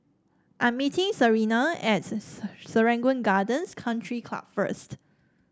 I'm meeting Serena at Serangoon Gardens Country Club first